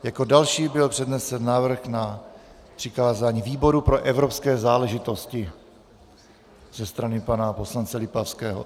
Jako další byl přednesen návrh na přikázání výboru pro evropské záležitosti ze strany pana poslance Lipavského.